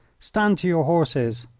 stand to your horses!